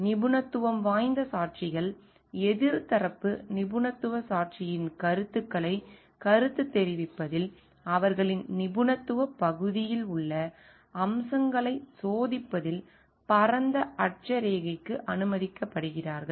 நிபுணத்துவம் வாய்ந்த சாட்சிகள் எதிர் தரப்பு நிபுணத்துவ சாட்சியின் கருத்துக்களைக் கருத்துத் தெரிவிப்பதில் அவர்களின் நிபுணத்துவப் பகுதியில் உள்ள அம்சங்களைச் சோதிப்பதில் பரந்த அட்சரேகைக்கு அனுமதிக்கப்படுகிறார்கள்